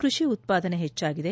ಕೃಷಿ ಉತ್ವಾದನೆ ಹೆಚ್ಚಾಗಿದೆ